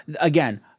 Again